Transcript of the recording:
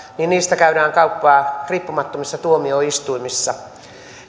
käydään kauppaa riippumattomissa tuomioistuimissa